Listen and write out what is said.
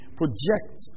project